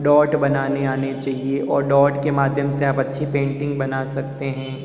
dot बनाने आने चाहिए और डॉट के माध्यम से आप अच्छी पेंटिंग बना सकते हैं